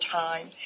time